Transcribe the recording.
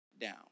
down